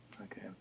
Okay